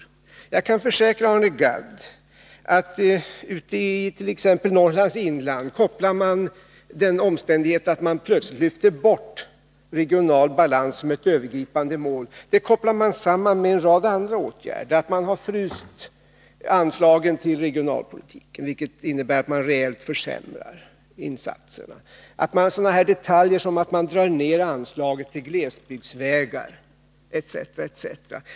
Men jag kan försäkra Arne Gadd att man t.ex. i Norrlands inland kopplar samman den omständigheten att man plötsligt lyfter bort regional balans som ett övergripande mål med en rad andra åtgärder, t.ex. med att man fryst anslagen till regionalpolitiken, vilket innebär att man reellt försämrar insatserna. Jag kan också nämna en sådan detalj som att man drar ner anslaget till glesbygdsvägar.